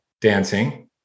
dancing